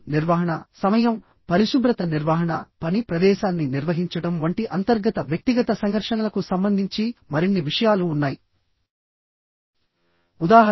ఇప్పుడు నిర్వహణ సమయం పరిశుభ్రత నిర్వహణ పని ప్రదేశాన్ని నిర్వహించడం వంటి అంతర్గత వ్యక్తిగత సంఘర్షణలకు సంబంధించి మరిన్ని విషయాలు ఉన్నాయి